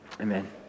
Amen